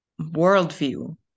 worldview